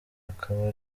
akaba